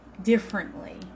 differently